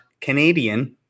Canadian